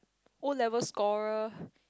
O level scorer